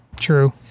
true